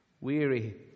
weary